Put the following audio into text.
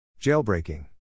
Jailbreaking